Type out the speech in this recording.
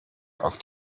auf